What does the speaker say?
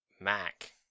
Mac